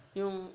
yung